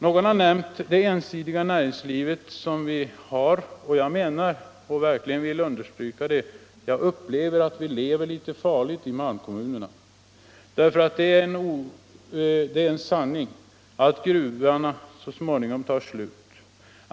Någon har nämnt det ensidiga näringsliv som vi har, och jag vill verkligen understryka att vi lever litet farligt i malmkommunerna, därför att det är en sanning att gruvorna så småningom tar slut.